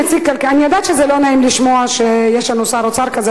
אני יודעת שזה לא נעים לשמוע שיש לנו שר אוצר כזה,